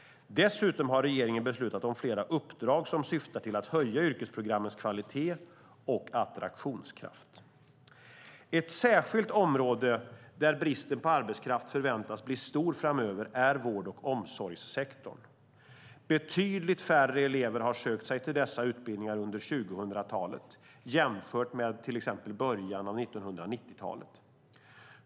Dessutom har regeringen beslutat om flera uppdrag som syftar till att höja yrkesprogrammens kvalitet och attraktionskraft. Ett särskilt område där bristen på arbetskraft förväntas bli stor framöver är vård och omsorgssektorn. Betydligt färre elever har sökt sig till dessa utbildningar under 2000-talet jämfört med till exempel början av 1990-talet.